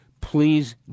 please